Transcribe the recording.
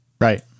Right